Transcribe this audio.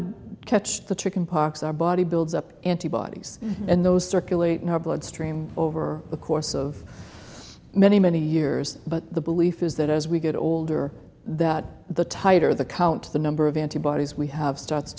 a catch to chicken pox our body builds up antibodies and those circulate in our blood stream over the course of many many years but the belief is that as we get older that the tighter the count the number of antibodies we have starts